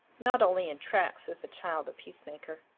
not only in tracts is a child a peacemaker.